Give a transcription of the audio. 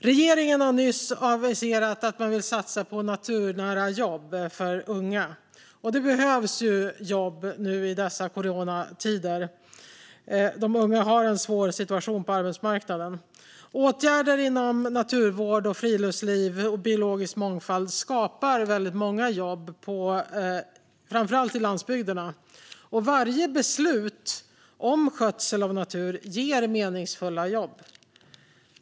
Regeringen har nyss aviserat att man vill satsa på naturnära jobb för unga, och det behövs jobb i dessa coronatider när de unga har en svår situation på arbetsmarknaden. Åtgärder inom naturvård, friluftsliv och biologisk mångfald skapar väldigt många jobb i framför allt landsbygderna. Varje beslut om skötsel av natur ger meningsfulla jobb.